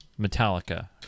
Metallica